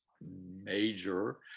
major